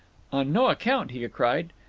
on no account, he cried,